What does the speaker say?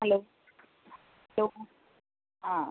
hello hello ah